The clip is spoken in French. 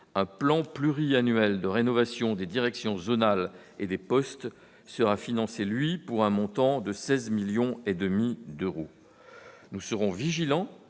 un plan pluriannuel de rénovation des directions zonales et des postes sera financé pour un montant de 16,5 millions d'euros. Nous veillerons